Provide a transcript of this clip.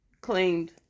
claimed